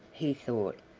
he thought,